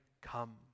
come